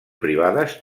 privades